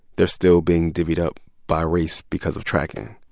they're still being divvied up by race because of tracking.